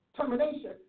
termination